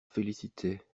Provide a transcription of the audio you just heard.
félicitait